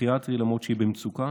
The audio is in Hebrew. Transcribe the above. פסיכיאטרי למרות שהיא במצוקה